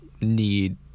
need